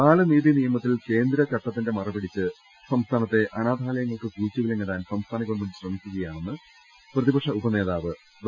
ബാലനീതി നിയമത്തിൽ കേന്ദ്ര ചട്ടത്തിന്റെ മറപിടിച്ച് സംസ്ഥാ നത്തെ അനാഥാലയങ്ങൾക്ക് കൂച്ചുവിലങ്ങിട്ടാൻ സംസ്ഥാന ഗവൺമെന്റ് ശ്രമിക്കുകയാണെന്ന് പ്രതിപക്ഷ ഉപനേതാവ് ഡോ